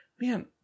Man